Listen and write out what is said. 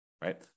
right